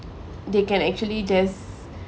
they can actually just